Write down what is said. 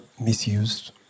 misused